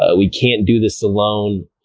ah we can't do this alone.